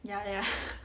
ya ya